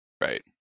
Right